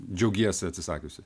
džiaugiesi atsisakiusi